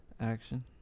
action